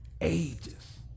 Ages